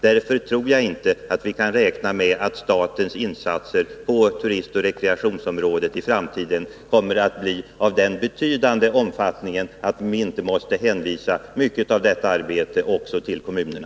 Därför tror jag inte att vi kan räkna med att statens insatser i framtiden på turistoch rekreationsområdet kommer att bli av sådan betydande omfattning att man inte behöver hänvisa mycket av detta arbete till kommunerna.